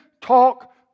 talk